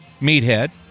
meathead